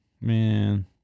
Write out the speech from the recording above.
man